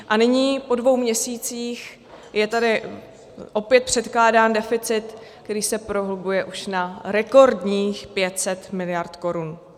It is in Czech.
A nyní, po dvou měsících, je tady opět předkládán deficit, který se prohlubuje už na rekordních 500 miliard korun.